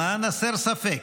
למען הסר ספק,